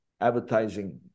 advertising